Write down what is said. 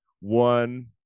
one